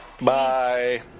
Bye